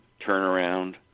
turnaround